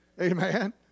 Amen